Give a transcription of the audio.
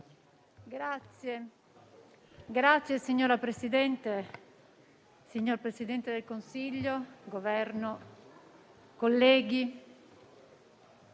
Signora Presidente, signor Presidente del Consiglio, Governo, colleghi,